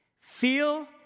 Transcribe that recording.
feel